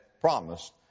promised